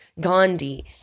gandhi